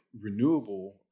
renewable